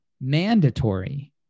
mandatory